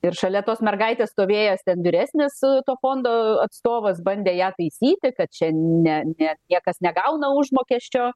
ir šalia tos mergaitės stovėjęs vyresnis to fondo atstovas bandė ją taisyti kad čia ne ne niekas negauna užmokesčio